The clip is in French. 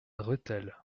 rethel